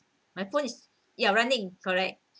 my phone is ya running correct